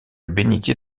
bénitier